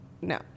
no